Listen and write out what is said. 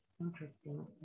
interesting